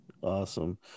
Awesome